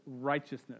righteousness